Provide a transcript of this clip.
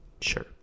sure